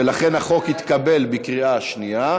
ולכן החוק התקבל בקריאה שנייה.